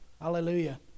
Hallelujah